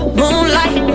moonlight